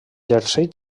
jersei